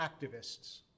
activists